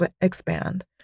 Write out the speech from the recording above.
expand